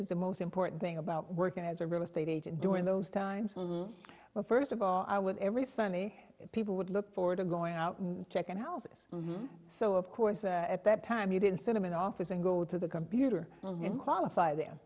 is the most important thing about working as a real estate agent during those times when well first of all i would every sunday people would look forward to going out and check in houses so of course at that time you didn't see them in office and go to the computer qualify them